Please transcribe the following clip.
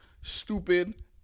stupid